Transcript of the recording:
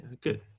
good